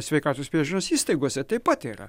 sveikatos priežiūros įstaigose taip pat yra